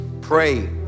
pray